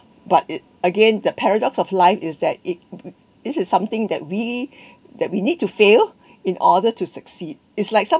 but it again the paradox of life is that it this is something that we that we need to fail in order to succeed it's like somebody